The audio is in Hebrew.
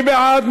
מי בעד?